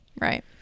Right